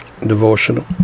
devotional